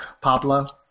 Pablo